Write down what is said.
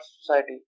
society